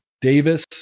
Davis